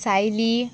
Sayali